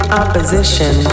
opposition